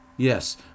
Yes